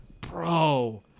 bro